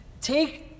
take